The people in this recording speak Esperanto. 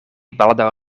baldaŭ